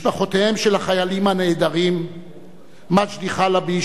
משפחותיהם של החיילים הנעדרים מג'די חלבי,